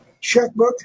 Checkbook